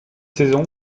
saison